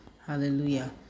hallelujah